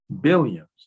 billions